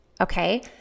okay